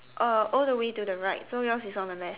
uh all the way to the right so yours is on the left